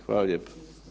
Hvala lijepo.